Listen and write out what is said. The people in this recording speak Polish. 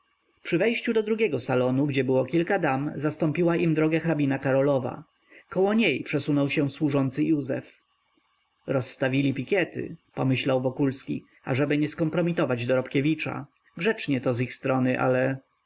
przy wejściu do drugiego salonu gdzie było kilka dam zastąpiła im drogę hrabina karolowa koło niej przesunął się służący józef rozstawili pikiety pomyślał wokulski ażeby nie skompromitować dorobkiewicza grzecznie to z ich strony ale